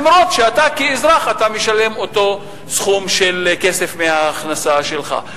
אף-על-פי שאתה כאזרח משלם אותו סכום של כסף מההכנסה שלך.